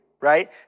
right